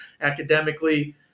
academically